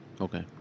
Okay